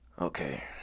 Okay